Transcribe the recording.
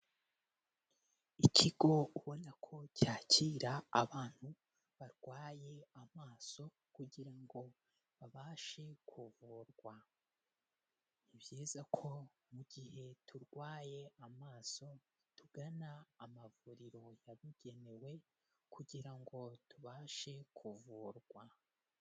Ikigo ubona ko cyakira abantu barwaye amaso kugira ngo babashe kuvurwa, ni byiza ko mu gihe turwaye amaso tugana amavuriro yabugenewe kugira ngo tubashe kuvurwa.